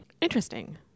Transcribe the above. Interesting